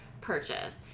purchase